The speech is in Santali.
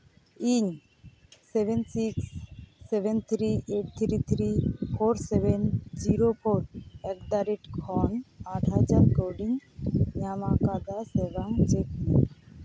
ᱤᱧ seven six seven three eight three three four seven zero four ᱮᱴᱫᱟᱼᱨᱮᱹᱴ ᱠᱷᱚᱱ ᱟᱴ ᱦᱟᱡᱟᱨ ᱠᱟᱹᱣᱰᱤᱧ ᱧᱟᱢ ᱟᱠᱟᱫᱟ ᱥᱮ ᱵᱟᱝ ᱪᱮᱠ ᱢᱮ